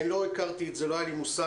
לא הכרתי את זה, לא היה לי מושג.